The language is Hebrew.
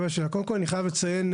קודם כל אני חייב לציין,